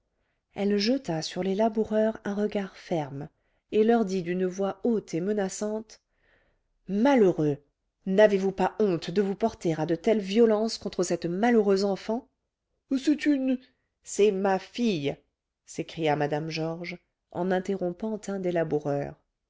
elle jeta sur les laboureurs un regard ferme et leur dit d'une voix haute et menaçante malheureux n'avez-vous pas honte de vous porter à de telles violences contre cette malheureuse enfant c'est une c'est ma fille s'écria mme georges en interrompant un des